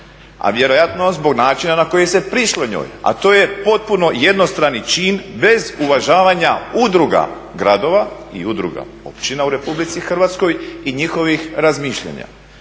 a vjerojatno zbog načina na koji se prišlo njoj, a to je potpuno jednostrani čin bez uvažavanja udruga gradova i udruga općina u Republici Hrvatskoj i njihovih razmišljanja.